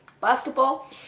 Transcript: basketball